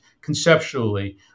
conceptually